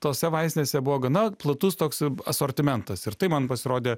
tose vaistinėse buvo gana platus toks asortimentas ir tai man pasirodė